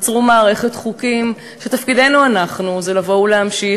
יצרו מערכת חוקים שתפקידנו שלנו זה לבוא ולהמשיך,